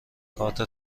کارت